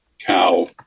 cow